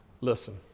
listen